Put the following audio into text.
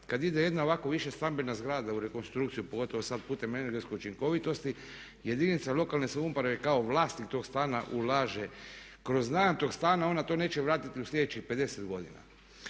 Kad ide jedna ovako više stambena zgrada u rekonstrukciju, pogotovo sad putem energetske učinkovitosti, jedinica lokalne samouprave kao vlasnik tog stana ulaže kroz najam tog stana i ona to neće vratiti u sljedećih 50 godina.